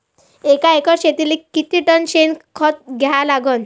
एका एकर शेतीले किती टन शेन खत द्या लागन?